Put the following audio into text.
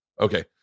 okay